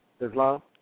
Islam